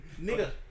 Nigga